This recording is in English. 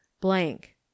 blank